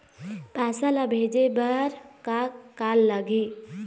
पैसा ला भेजे बार का का लगही?